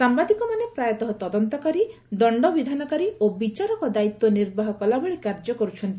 ସାମ୍ଭାଦିକମାନେ ପ୍ରାୟତଃ ତଦନ୍ତକାରୀ ଦଶ୍ତବିଧାନକାରୀ ଓ ବିଚାରକ ଦାୟିତ୍ୱ ନିର୍ବାହ କଲାଭଳି କାର୍ଯ୍ୟ କରୁଛନ୍ତି